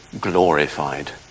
glorified